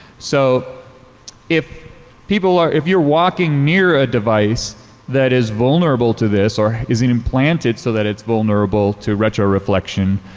so if people so if you're walking near a device that is vulnerable to this or is and implanted so that it's vulnerable to retroreflection,